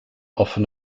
often